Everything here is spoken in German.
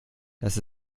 das